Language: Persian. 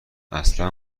اصلا